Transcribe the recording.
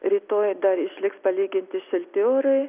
rytoj dar išliks palyginti šilti orai